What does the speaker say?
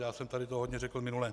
Já jsem tady toho hodně řekl minule.